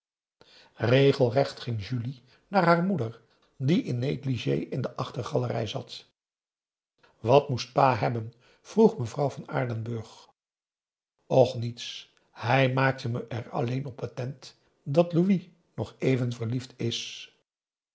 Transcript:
regelrecht ging julie naar haar moeder die en negligé in de achtergalerij zat wat moest pa hebben vroeg mevrouw van aardenburg och niets hij maakte me er alleen op attent dat louis nog even verliefd is